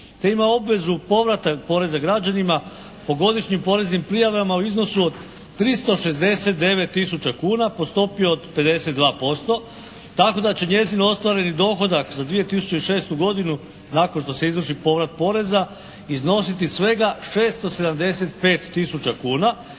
Te ima obvezu povrata poreza građanima po godišnjim poreznim prijavama u iznosu od 369 tisuća kuna po stopi od 52% tako da će njezin ostvareni dohodak za 2006. godinu nakon što se izvrši povrat poreza iznositi svega 675 tisuća